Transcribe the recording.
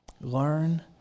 learn